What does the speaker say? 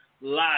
Live